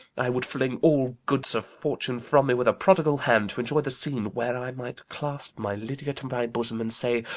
i would fling all goods of fortune from me with a prodigal hand, to enjoy the scene where i might clasp my lydia to my bosom, and say,